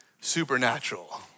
supernatural